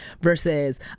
versus